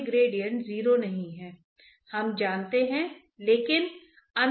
तो यह होगा डेल स्क्वायर u अगर यह एक x कॉम्पोनेन्ट मोमेंटम संतुलन है